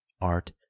art